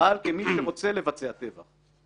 פעל כמי שרוצה לבצע טבח.